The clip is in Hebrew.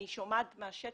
אני שומעת מהשטח,